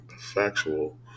factual